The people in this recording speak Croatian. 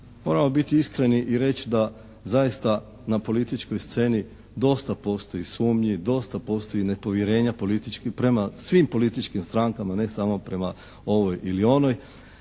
Moramo biti iskreni i reći da zaista na političkoj sceni dosta postoji sumnji, dosta postoji nepovjerenja političkih prema svim političkim strankama ne samo prema ovoj ili onoj